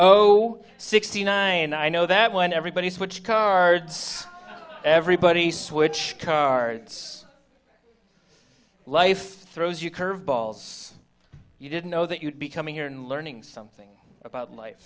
next sixty nine and i know that when everybody switch cards everybody switch cards life throws you curveballs you didn't know that you'd be coming here and learning something about li